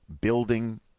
building